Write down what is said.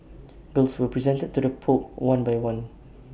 gifts were presented to the pope one by one